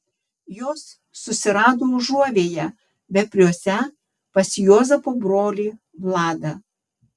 jos susirado užuovėją vepriuose pas juozapo brolį vladą